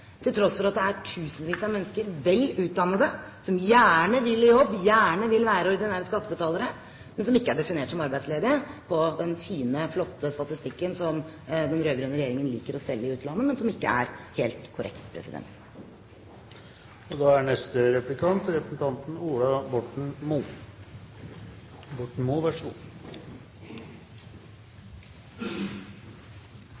til tross for at det er tusenvis av mennesker, vel utdannede, som gjerne vil i jobb, gjerne vil være ordinære skattebetalere, men som ikke er definert som arbeidsledige på den fine, flotte statistikken som den rød-grønne regjeringen liker å selge i utlandet, men som ikke er helt korrekt. I gamle dager var det trygdede, alenemødre og